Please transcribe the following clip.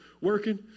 working